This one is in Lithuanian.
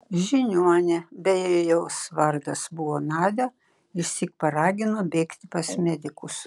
žiniuonė beje jos vardas buvo nadia išsyk paragino bėgti pas medikus